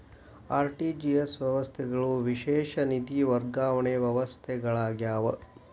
RTGS ವ್ಯವಸ್ಥೆಗಳು ವಿಶೇಷ ನಿಧಿ ವರ್ಗಾವಣೆ ವ್ಯವಸ್ಥೆಗಳಾಗ್ಯಾವ